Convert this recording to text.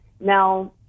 now